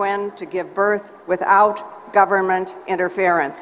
when to give birth without government interference